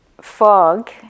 fog